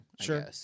sure